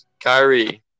Kyrie